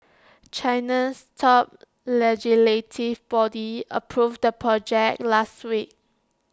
China's top legislative body approved the project last week